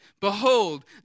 Behold